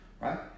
right